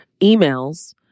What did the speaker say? emails